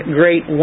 great